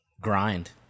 grind